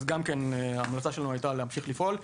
אז גם כאן ההמלצה שלנו הייתה להמשיך לפעול.